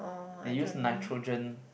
they use nitrogen